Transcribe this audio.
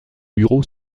bureau